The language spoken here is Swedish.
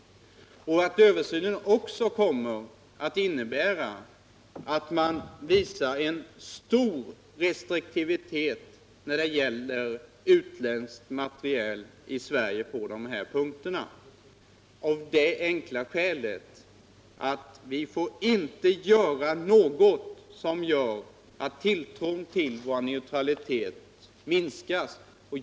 Jag utgår också från att översynen kommer att innebära att man visar stor restriktivitet mot utländsk materiel i Sverige på de här punkterna, av det enkla skälet att vi inte får göra någonting som kan ge intryck av att vår neutralitet minskar.